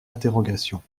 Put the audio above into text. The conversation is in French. interrogation